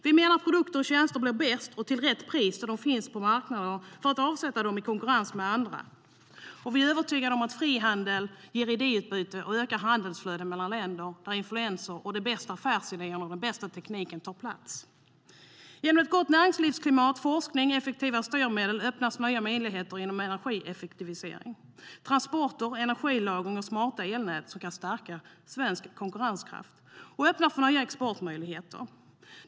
Vi menar att produkter och tjänster blir bäst och får rätt pris då de finns på marknader för att avsättas i konkurrens med andra, och vi är övertygade om att frihandel ger idéutbyte som ökar handelsflöden mellan länder där influenser och de bästa affärsidéerna och den bästa tekniken tar plats. Genom ett gott näringslivsklimat, forskning och effektiva styrmedel öppnas nya möjligheter inom energieffektivisering, transporter, energilagring och smarta elnät som kan stärka svensk konkurrenskraft och öppna nya exportmöjligheter.